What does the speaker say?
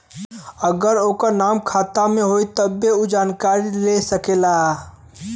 अगर ओकर नाम खाता मे होई तब्बे ऊ जानकारी ले सकेला